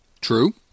True